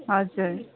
हजुर